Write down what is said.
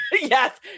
yes